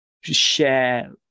share